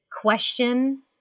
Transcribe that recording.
question